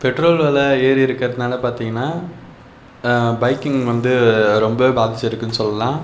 petrol விலை ஏறி இருக்கிறதுனால் பார்த்தீங்கன்னா பைக்கிங் வந்து ரொம்பவே பாதித்து இருக்குனு சொல்லலாம்